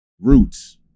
roots